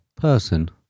person